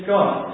God